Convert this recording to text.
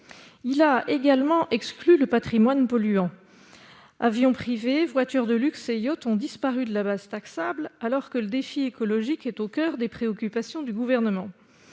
la création d'emplois. Le patrimoine polluant- avions privés, voitures de luxe et yachts -a également disparu de la base taxable, alors que le défi écologique est au coeur des préoccupations du Gouvernement.